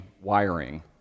wiring